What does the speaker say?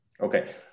Okay